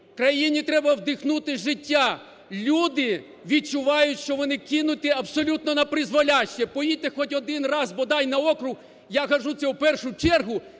Країні треба вдихнути життя. Люди відчувають, що вони кинуті абсолютно напризволяще. Поїдьте хоч один раз бодай на округ, я кажу це в першу чергу